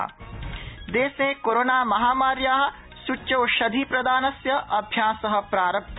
अद्य देशे कोरोनामाहामार्या सूच्यौषधिप्रदानस्य अभ्यास प्रारब्ध